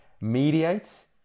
mediates